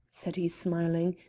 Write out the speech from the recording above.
said he smiling,